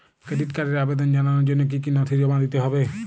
Credit কার্ডের আবেদন জানানোর জন্য কী কী নথি জমা দিতে হবে?